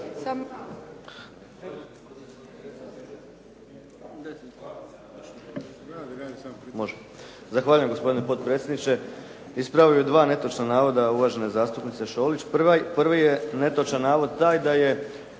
Zahvaljujem gospodine potpredsjedniče. Ispravio bih dva netočna navoda uvažene zastupnice Šolić. Prvi je netočan navod taj kada je